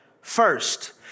first